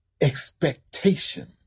expectation